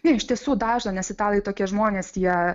ne iš tiesų dažna nes italai tokie žmonės jie